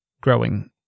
growing